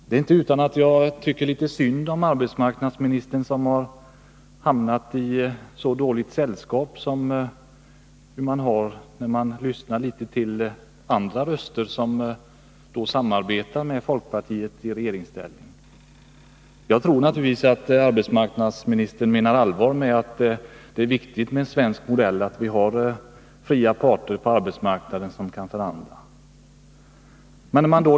Det är inte utan att jag tycker litet synd om arbetsmarknadsministern som har hamnat i så dåligt sällskap — man lyssnar ju litet på andra som samarbetar med folkpartiet i regeringsställning. Jag tror naturligtvis att arbetsmarknadsministern menar allvar med uttalandet att det är viktigt med den svenska modellen med fria parter på arbetsmarknaden som kan förhandla.